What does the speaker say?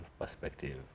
perspective